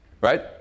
Right